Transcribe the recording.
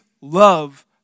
love